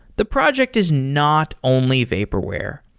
the project is not only vaporware.